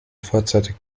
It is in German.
vorzeitig